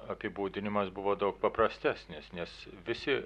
apibūdinimas buvo daug paprastesnis nes visi